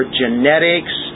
genetics